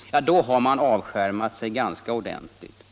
säger man. Då har man avskärmat sig ganska ordentligt.